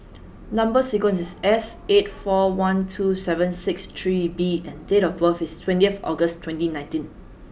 number sequence is S eight four one two seven six three B and date of birth is twentieth August twenty nineteen